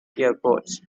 airports